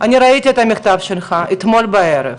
אני ראיתי את המכתב שלך אתמול בערב.